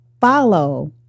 Follow